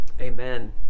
amen